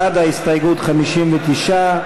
בעד ההסתייגות, 59,